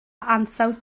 ansawdd